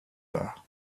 there